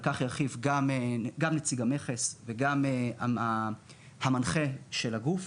על כך ירחיב גם נציג המכס וגם המנחה של הגוף.